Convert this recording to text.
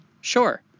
Sure